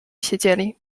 siedzieli